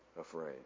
afraid